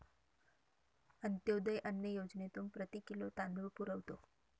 अंत्योदय अन्न योजनेतून प्रति किलो तांदूळ पुरवतो